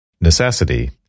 necessity